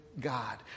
God